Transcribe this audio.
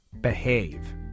Behave